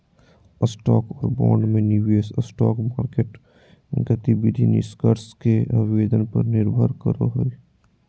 stock और bond में निवेश स्टॉक मार्केट गतिविधि निष्कर्ष के आवेदन पर निर्भर करो हइ